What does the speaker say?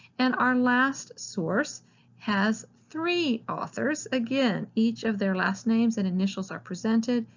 and our last source has three authors. again each of their last names and initials are presented,